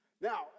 Now